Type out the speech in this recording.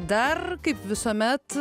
dar kaip visuomet